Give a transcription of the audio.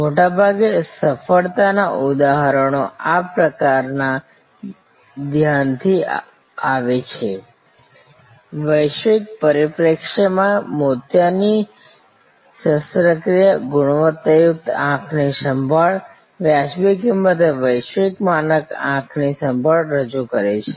મોટાભાગે સફળતાના ઉદાહરણો આ પ્રકારના ધ્યાનથી આવે છે વૈશ્વિક પરિપ્રેક્ષ્યમાં મોતિયાની શસ્ત્રક્રિયા ગુણવત્તાયુક્ત આંખની સંભાળ વ્યાજબી કિંમતે વૈશ્વિક માનક આંખની સંભાળ રજૂ કરે છે